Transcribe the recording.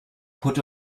put